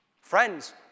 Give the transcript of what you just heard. Friends